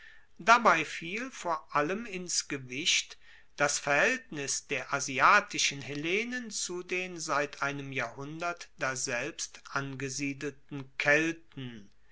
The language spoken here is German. dabei fiel vor allem ins gewicht das verhaeltnis der asiatischen hellenen zu den seit einem jahrhundert daselbst angesiedelten kelten